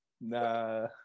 nah